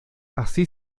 así